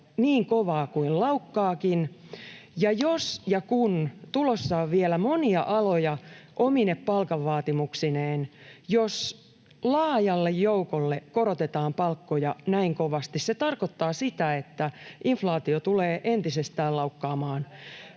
niin kovaa kuin laukkaakin, ja jos ja kun tulossa on vielä monia aloja omine palkanvaatimuksineen, jos laajalle joukolle korotetaan palkkoja näin kovasti, se tarkoittaa sitä, että inflaatio tulee entisestään laukkaamaan